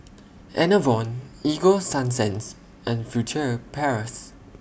Enervon Ego Sunsense and Furtere Paris